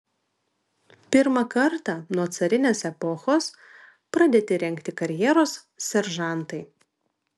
pirmą kartą nuo carinės epochos pradėti rengti karjeros seržantai